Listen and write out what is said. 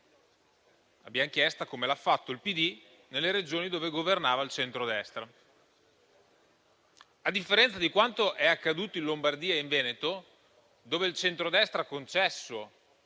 d'inchiesta, come ha fatto il PD nelle Regioni dove governava il centrodestra. A differenza di quanto è accaduto in Lombardia e in Veneto, dove il centrodestra ha concesso